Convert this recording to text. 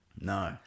No